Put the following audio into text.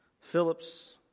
Phillips